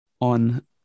on